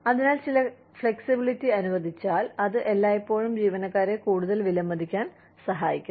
അതിനാൽ ചില ഫ്ലെക്സിബിലിറ്റി അനുവദിച്ചാൽ അത് എല്ലായ്പ്പോഴും ജീവനക്കാരെ കൂടുതൽ വിലമതിക്കാൻ സഹായിക്കുന്നു